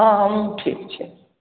हँ हम ठीक छियै